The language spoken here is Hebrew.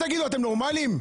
תגידו, אתם נורמליים?